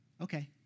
okay